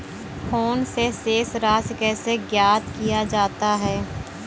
Phone से शेष राशि कैसे ज्ञात किया जाता है?